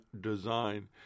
design